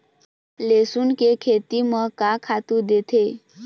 लेसुन के खेती म का खातू देथे?